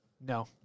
No